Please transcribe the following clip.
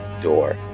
door